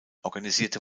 organisierte